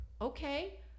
okay